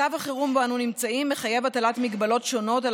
מצב החירום שבו אנו נמצאים מחייב הטלת הגבלות שונות על